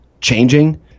changing